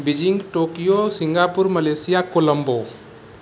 Beijing Tokyo Singapore Malaysia Colombo